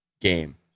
game